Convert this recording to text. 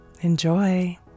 Enjoy